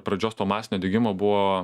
pradžios to masinio diegimo buvo